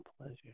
pleasure